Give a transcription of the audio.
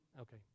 Okay